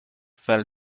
fell